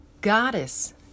Goddess